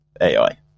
ai